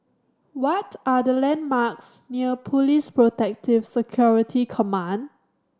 what are the landmarks near Police Protective Security Command